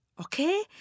Okay